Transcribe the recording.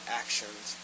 actions